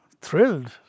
thrilled